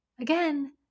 again